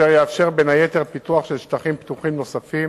אשר יאפשר בין היתר פיתוח של שטחים פתוחים נוספים